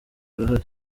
barahari